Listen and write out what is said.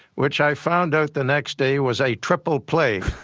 which i found out the next day was a triple play.